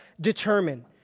determined